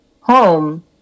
home